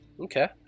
Okay